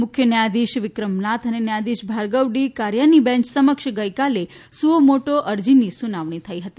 મુખ્ય ન્યાયાધીશ વિક્રમનાથ અને ન્યાયાધીશ ભાર્ગવ ડી કારીયાની બેંચ સમક્ષ ગઈકાલે સુઓ મોટો અરજીની સુનાવણી થઇ હતી